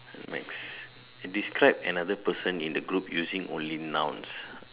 next describe another person in the group using only nouns